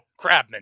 Crabman